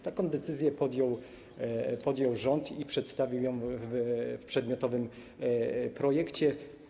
Taką decyzję podjął rząd, przedstawił ją w przedmiotowym projekcie.